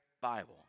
Bible